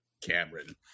Cameron